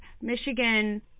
Michigan